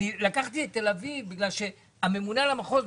לקחתי את תל אביב בגלל שהממונה על המחוז,